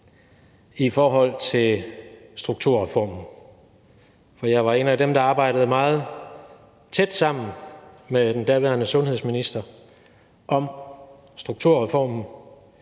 i forhold til strukturreformen, for jeg var en af dem, der arbejdede meget tæt sammen med den daværende sundhedsminister om strukturreformen,